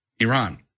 Iran